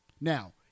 Now